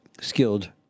skilled